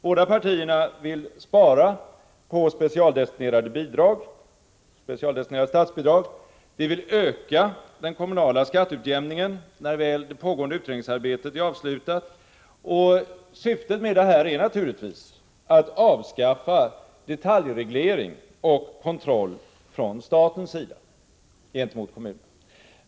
Båda partierna vill spara på specialdestinerade statsbidrag, vi vill öka den kommunala skatteutjämningen, när väl det pågående utredningsarbetet är avslutat. Syftet med detta är att avskaffa detaljreglering och kontroll från statens sida gentemot kommunerna.